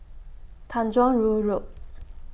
Tanjong Rhu Road